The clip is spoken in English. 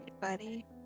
buddy